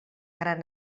gran